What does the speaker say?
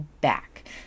back